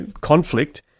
conflict